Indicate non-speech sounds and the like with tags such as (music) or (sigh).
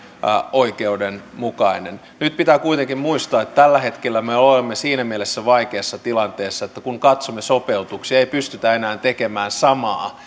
oikeudenmukainen nyt pitää kuitenkin muistaa että tällä hetkellä me olemme siinä mielessä vaikeassa tilanteessa että kun katsomme sopeutuksia ei pystytä enää tekemään samaa (unintelligible)